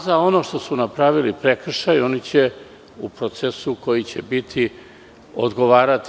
Za ono što su napravili prekršaj, oni će u procesu koji će biti odgovarati.